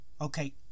Okay